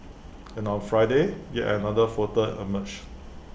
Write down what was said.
and on Friday yet another photo emerged